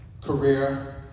career